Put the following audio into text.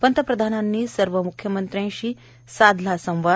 पंतप्रधानांनी सर्व म्ख्यमंत्र्यांशी साधला संवाद